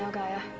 ah gaia.